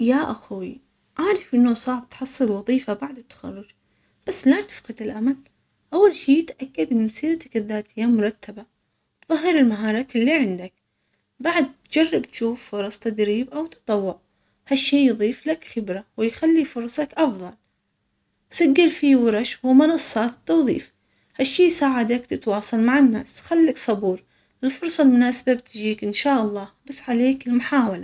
يا اخوي عارف انه صعب تحصل وظيفة بعد التخرج? بس لا تفقد الامل اول شي تأكد من سيرتك الذاتية مرتبة أظهر المهارات اللي عندك بعد جرب تشوف فرص تدريب او تطوع هالشي يظيف لك خبرة ويخلي فرصك افظل سجل ورش ومنصات التوظيف الشيء ساعدك تتواصل مع الناس خلك صبور الفرصة المناسبة بتجيك ان شاء الله بس خليك حاول.